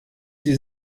sie